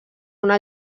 una